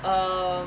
err